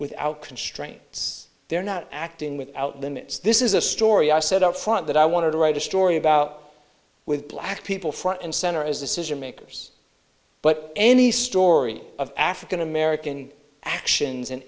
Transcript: without constraints they're not acting without limits this is a story i said up front that i wanted to write a story about with black people front and center as decision makers but any story of african american actions an